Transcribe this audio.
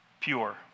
pure